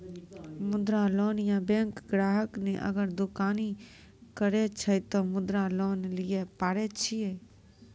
मुद्रा लोन ये बैंक ग्राहक ने अगर दुकानी करे छै ते मुद्रा लोन लिए पारे छेयै?